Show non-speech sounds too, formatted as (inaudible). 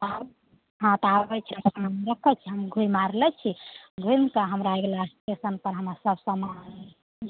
(unintelligible) हँ तऽ आबै छी हम अपन देखै छी हम घुमि आओर लै छी घुमिकऽ हमरा अगिला एस्टेशनपर हमरा सब समान